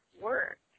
work